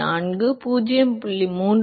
4 0